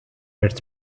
red